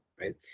right